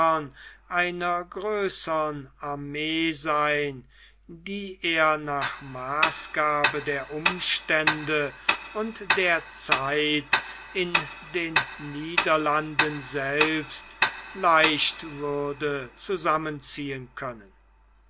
einer größern armee sein die er nach maßgabe der umstände und der zeit in den niederlanden selbst leicht würde zusammenziehen können